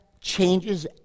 changes